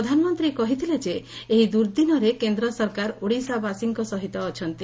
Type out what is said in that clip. ପ୍ରଧାନମନ୍ତୀ କହିଥିଲେ ଯେ ଏହି ଦୂର୍ଦ୍ଦିନରେ କେନ୍ଦ ସରକାର ଓଡ଼ିଶାବାସୀଙ୍କ ସହିତ ଅଛନ୍ତି